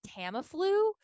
Tamiflu